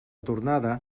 tornada